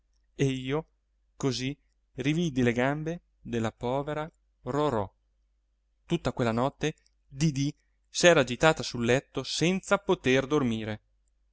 e io così rividi le gambe della povera rorò tutta quella notte didì s'era agitata sul letto senza poter dormire